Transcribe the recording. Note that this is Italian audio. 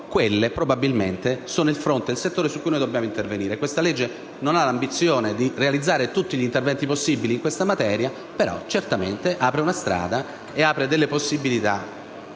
quello probabilmente è il fronte e il settore su cui dobbiamo intervenire. Questa legge non ha l'ambizione di realizzare tutti gli interventi possibili in questa materia, però certamente apre una strada e apre delle possibilità